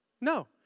No